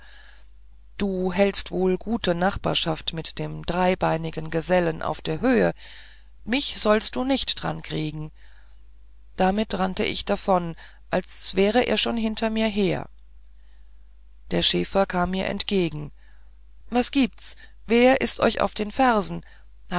du hältst wohl gute nachbarschaft mit dem dreibeinigen gesellen auf der höhe mich sollst du nicht drankriegen damit rannt ich davon als wär er schon hinter mir her der schäfer kam mir entgegen was gibt's wer ist euch auf den fersen